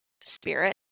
spirit